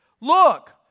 Look